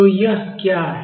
तो यह क्या है